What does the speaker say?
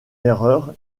erreur